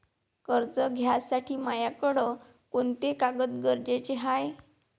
कर्ज घ्यासाठी मायाकडं कोंते कागद गरजेचे हाय?